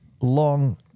long